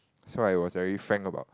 so I was very frank about